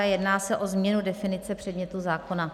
Jedná se o změnu definice předmětu zákona.